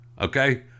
Okay